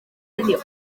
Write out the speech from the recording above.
heddiw